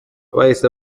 bahise